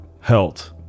health